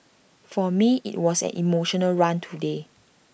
for me IT was an emotional run today